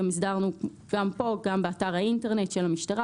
הסדרנו גם כאן וגם באתר האינטרנט של המשטרה,